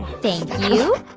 thank you.